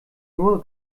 nur